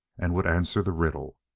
and would answer the riddle.